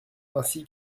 ainsi